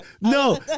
No